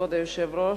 כבוד היושב-ראש,